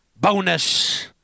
bonus